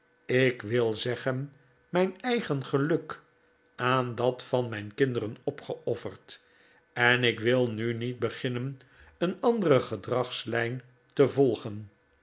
ik wil zeggen mijn eigen geluk aan dat van mijn kinderen opgeofferd en ik wil nu niet beginnen een andere gedragslijn te volgen